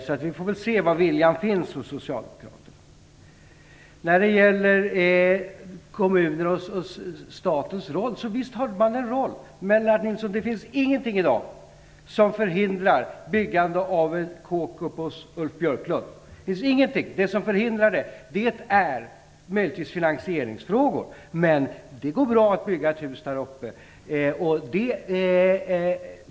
Så får vi se om viljan finns hos Socialdemokraterna. Visst har staten och kommunerna en roll. Men, Lennart Nilsson, det finns i dag ingenting som förhindrar byggande av en kåk hos Ulf Björklund. Det som hindrar är möjligtvis finansieringsfrågor. Löser man dem, går det bra att bygga ett hus där uppe.